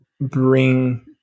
bring